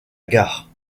gare